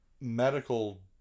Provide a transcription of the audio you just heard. Medical